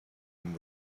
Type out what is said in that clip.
and